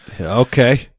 Okay